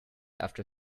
after